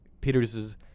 Peters